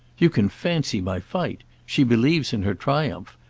you can fancy my fight! she believes in her triumph.